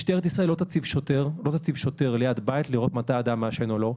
משטרת ישראל לא תציב שוטר ליד בית כדי לראות מתי אדם מעשן או לא.